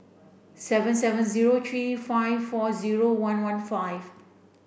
seven seven zero three five four zero one one five